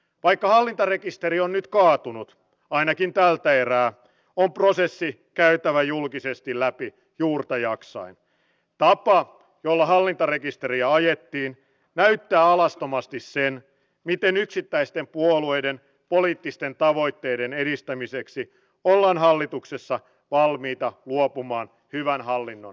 perussuomalaiset kyllä sanovat että ihmisiä pitäisi auttaa heidän kotimaissaan mutta valitettavasti toivon että ymmärrätte tämä teidän politiikkanne edustaa sellaista linjaa joka ajaa ihmiset pois heidän kotiseuduiltaan kun ihmisten elämän edellytykset häviävät heidän kotiseuduiltaan